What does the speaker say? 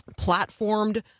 platformed